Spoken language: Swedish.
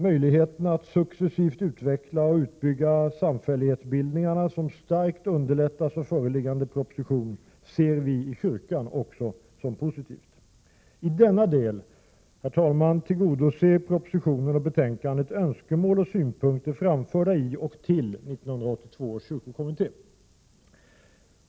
Möjligheterna att successivt utveckla och utbygga samfällighetsbildningarna, som starkt underlättas av föreliggande proposition, ser vi i kyrkan också som något positivt. I denna del, herr talman, tillgodoser propositionen och betänkandet önskemål och synpunkter framförda i och till 1982 års kyrkokommitté.